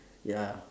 ya